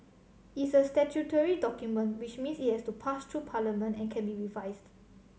it is a statutory document which means it has to pass through Parliament and can be revised